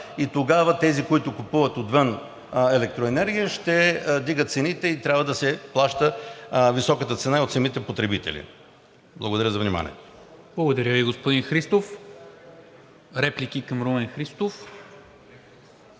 и тогава тези, които купуват отвън електроенергия, ще дигат цените и трябва да се плаща високата цена и от самите потребители. Благодаря за вниманието. ПРЕДСЕДАТЕЛ НИКОЛА МИНЧЕВ: Благодаря Ви, господин Христов. Реплики към Румен Христов?